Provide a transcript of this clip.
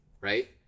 right